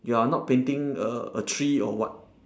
you are not painting a a tree or what